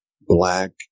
black